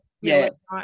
yes